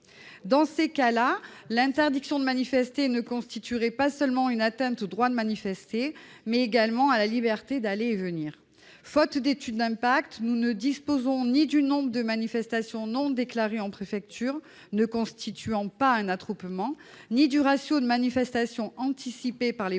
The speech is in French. Dans ce cas, l'interdiction de manifester constituerait une atteinte non seulement au droit de manifester, mais également une atteinte à la liberté d'aller et venir ... Faute d'étude d'impact, nous ne connaissons ni le nombre de manifestations non déclarées en préfecture ne constituant pas un attroupement ni le ratio entre manifestations anticipées par les préfectures